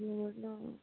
মোৰ ন